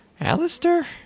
Alistair